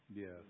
Yes